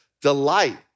delight